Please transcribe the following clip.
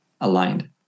aligned